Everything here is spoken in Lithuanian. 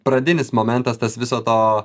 pradinis momentas tas viso to